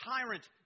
tyrant